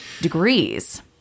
degrees